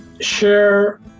share